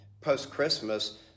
post-Christmas